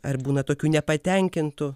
ar būna tokių nepatenkintų